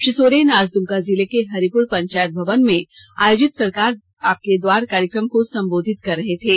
श्री सोरेन आज दुमका जिले के हरिपुर पंचायत भवन में आयोजित सरकार आपके द्वार कायेक्रम को संबोधित कर रहे थे